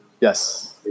Yes